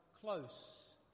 close